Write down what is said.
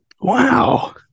Wow